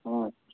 हँ